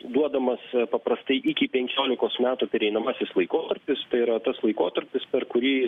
duodamas paprastai iki penkiolikos metų pereinamasis laikotarpis tai yra tas laikotarpis per kurį